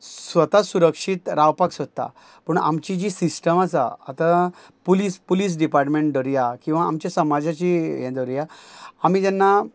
स्वता सुरक्षीत रावपाक सोदता पूण आमची जी सिस्टम आसा आतां पुलीस पुलीस डिपार्टमँट धरया किंवां आमच्या समाजाची हें धरुया आमी जेन्ना